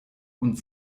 und